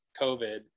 COVID